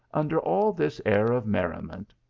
under all this air of merriment,